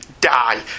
die